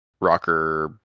rocker